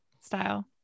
style